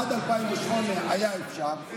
עד 2008 היה אפשר,